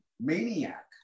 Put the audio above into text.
maniac